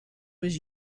was